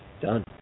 Done